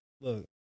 Look